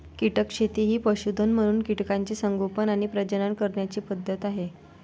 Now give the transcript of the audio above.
कीटक शेती ही पशुधन म्हणून कीटकांचे संगोपन आणि प्रजनन करण्याची पद्धत आहे